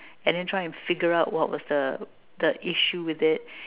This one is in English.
and then try to figure it out what was the the issue with it